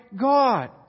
God